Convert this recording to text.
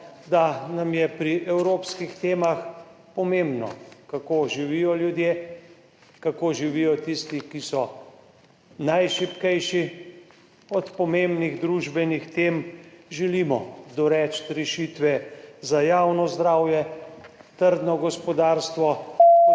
da nam je pri evropskih temah pomembno, kako živijo ljudje, kako živijo tisti, ki so najšibkejši. Od pomembnih družbenih tem želimo doreči rešitve za javno zdravje, trdno gospodarstvo,